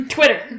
Twitter